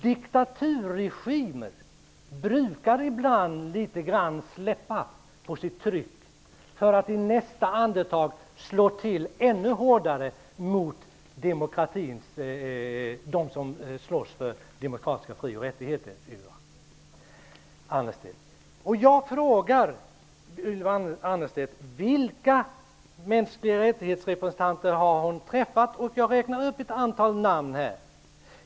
Diktaturregimer brukar ibland släppa litet grand på sitt tryck, för att i nästa andetag slå till ännu hårdare mot dem som slåss för demokratiska fri och rättigheter. Jag frågade Ylva Annerstedt vilka representanter för mänskliga rättigheter hon har träffat, och jag räknade upp ett antal namn.